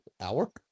Hour